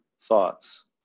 thoughts